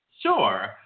Sure